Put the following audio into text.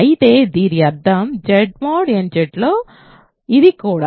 అయితే దీని అర్థం Z mod nZలో ఇది కూడా